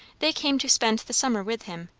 they came to spend the summer with him,